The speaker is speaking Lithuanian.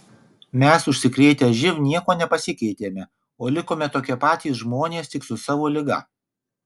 mes užsikrėtę živ niekuo nepasikeitėme o likome tokie patys žmonės tik su savo liga